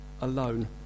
alone